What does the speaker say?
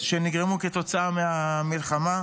שנגרמו כתוצאה מהמלחמה,